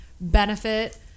benefit